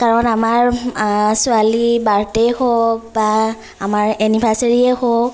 কাৰণ আমাৰ ছোৱালীৰ বাৰ্থডে' হওক বা আমাৰ এনিভাৰ্চেৰিয়ে হওক